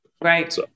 Right